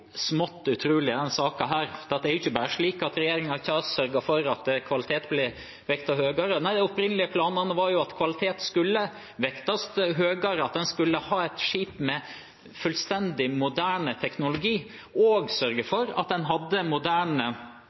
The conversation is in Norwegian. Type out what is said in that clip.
smått utrolig – i denne saken er det ikke bare slik at regjeringen ikke har sørget for at kvalitet ble vektet høyere. Nei, de opprinnelige planene var at kvalitet skulle vektes høyere, at en skulle ha et skip med fullstendig moderne teknologi og sørge for at en hadde moderne